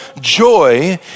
joy